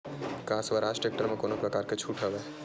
का स्वराज टेक्टर म कोनो प्रकार के छूट हवय?